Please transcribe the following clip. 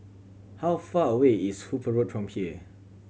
how far away is Hooper Road from here